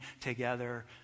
together